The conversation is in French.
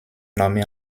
nommée